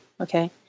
okay